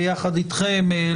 ביחד איתכם,